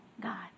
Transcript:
god